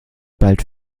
bald